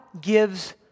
gives